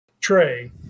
Trey